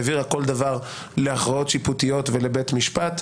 העבירה כל דבר להכרעות שיפוטיות ולבית משפט,